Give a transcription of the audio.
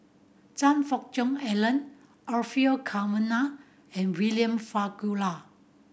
Choe Fook Cheong Alan Orfeur Cavenagh and William Farquhar